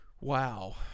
wow